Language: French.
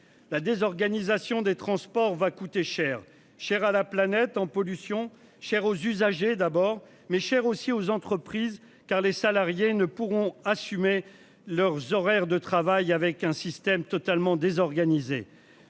la désorganisation des transports va coûter cher cher à la planète en pollution cher aux usagers d'abord mais cher aussi aux entreprises, car les salariés ne pourront assumer leurs horaires de travail avec un système totalement désorganisé.